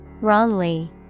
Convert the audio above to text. Wrongly